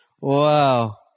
Wow